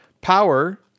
power